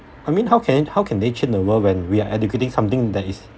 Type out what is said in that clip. I mean how can how can they change the world when we are educating something that is